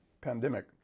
pandemic